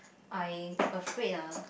I afraid ah